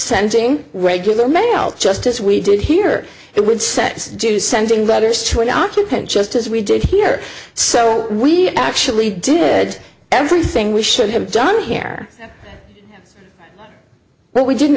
sending regular mail just as we did here it would set to sending letters to an occupant just as we did here so we actually did everything we should have done here but we didn't